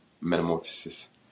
metamorphosis